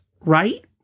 right